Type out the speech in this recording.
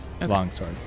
Longsword